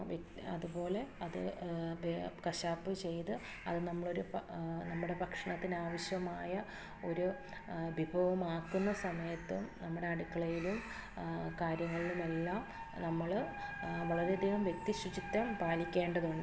വ്യക്തി അതുപോലെ അത് കശാപ്പ് ചെയ്ത് അത് നമ്മളൊരു നമ്മുടെ ഭക്ഷണത്തിനാവശ്യമായ ഒരു വിഭവമാക്കുന്ന സമയത്തും നമ്മുടെ അടുക്കളയിലും കാര്യങ്ങളിലും എല്ലാം നമ്മൾ വളരെയധികം വ്യക്തി ശുചിത്വം പാലിക്കേണ്ടതുണ്ട്